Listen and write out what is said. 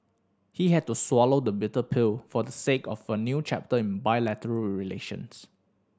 he had to swallow the bitter pill for the sake of a new chapter in bilateral relations